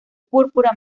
púrpura